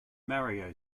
mario